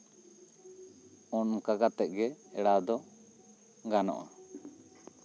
ᱚᱱᱠᱟ ᱠᱟᱛᱮᱜ ᱜᱮ ᱮᱲᱟᱣ ᱫᱚ ᱜᱟᱱᱚᱜᱼᱟ